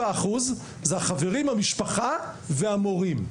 97% הם החברים, המשפחה והמורים.